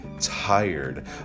tired